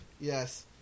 Yes